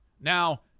Now